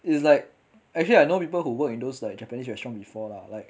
it's like actually I know people who work in those like japanese restaurant before lah like